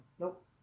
Nope